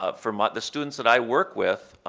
ah for but the students that i work with,